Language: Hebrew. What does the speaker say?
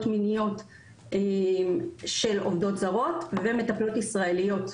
מיניות של עובדות זרות ומטפלות ישראליות.